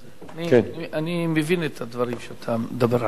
אני מבין את הדברים שאתה מדבר עליהם, אבל